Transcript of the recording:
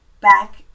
back